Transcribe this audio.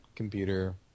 computer